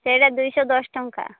ସେଇଟା ଦୁଇ ଶହ ଦଶ ଟଙ୍କା